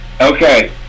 Okay